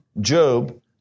Job